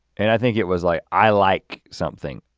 and i think it was like i like something.